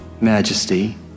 majesty